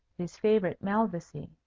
his favourite malvoisie?